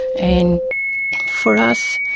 and for us,